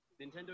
Nintendo